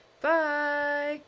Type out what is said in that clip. bye